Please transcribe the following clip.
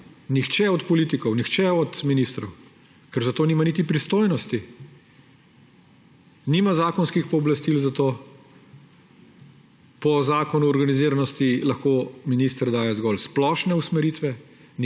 nihče od politikov, nihče od ministrov, ker za to nima niti pristojnosti. Nima zakonskih pooblastil za to. Po zakonu o organiziranosti lahko minister daje zgolj splošne usmeritve,